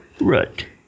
Right